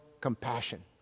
compassion